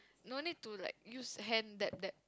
no need to like use hand that bad